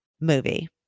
movie